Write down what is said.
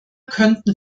könnten